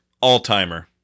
all-timer